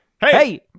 Hey